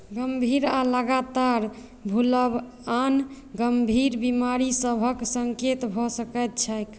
गम्भीर आ लगातार भूलब आन गम्भीर बिमारी सभक सङ्केत भऽ सकैत छैक